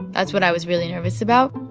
that's what i was really nervous about